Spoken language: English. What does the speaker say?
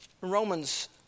Romans